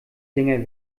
dinger